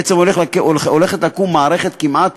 בעצם הולכת לקום מערכת כמעט